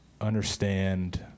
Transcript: Understand